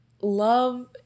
love